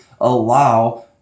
allow